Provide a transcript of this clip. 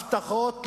הבטחות למכביר,